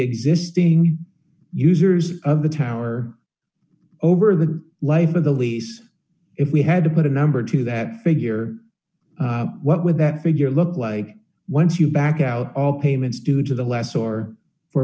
existing users of the tower over the life of the lease if we had to put a number to that figure what would that figure look like once you back out all payments due to the last or for